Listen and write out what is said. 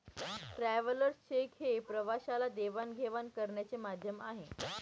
travellers cheque हे प्रवाशाला देवाणघेवाण करण्याचे माध्यम आहे